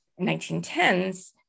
1910s